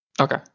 Okay